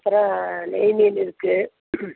அப்புறம் நெய் மீன் இருக்கு